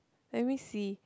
let me see